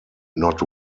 not